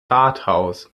rathaus